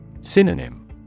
Synonym